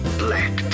black